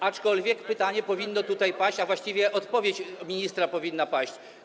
Aczkolwiek takie pytanie powinno tutaj paść, a właściwie odpowiedź ministra powinna paść.